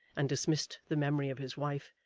and dismissed the memory of his wife,